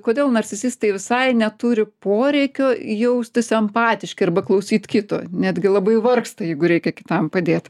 kodėl narcisistai visai neturi poreikio jaustis empatiški arba klausyt kito netgi labai vargsta jeigu reikia kitam padėt